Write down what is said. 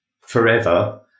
forever